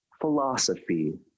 philosophy